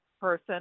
person